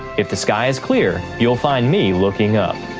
if the sky is clear, you'll find me looking up,